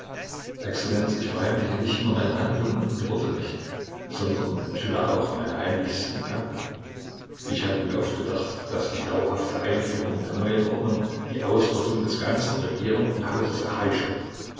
exzellenz ich verheimliche nicht nur meine handlungen und worte nicht sondern enthülle auch meine heimlichsten gedanken ich hatte mir oft gedacht daß die dauerhafte einführung der neuen ordnung die ausrottung des ganzen regierenden hauses erheische